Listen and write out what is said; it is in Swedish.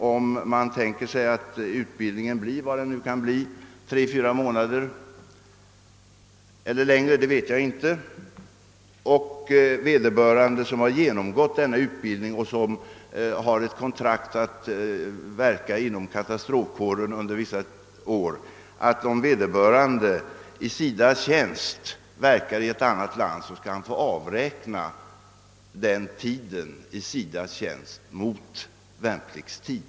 Om den som genomgått utbildning — om det blir en utbildning på tre å fyra månader eller längre tid vet jag inte — tecknat kontrakt att verka inom katastrofkåren under vissa år och arbetar i SIDA:s tjänst i ett annat land, skall han få avräkna den tid han arbetat för SIDA mot värnpliktstid.